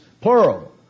plural